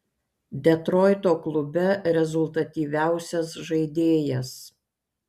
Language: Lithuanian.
detroito klube rezultatyviausias žaidėjas